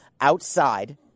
outside